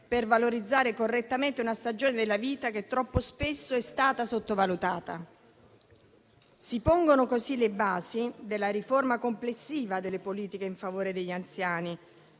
per valorizzare correttamente una stagione della vita che troppo spesso è stata sottovalutata. Si pongono così le basi della riforma complessiva delle politiche in favore degli anziani